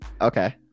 Okay